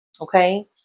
Okay